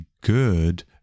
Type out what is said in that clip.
good